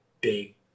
big